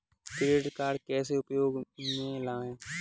Credit card कैसे उपयोग में लाएँ?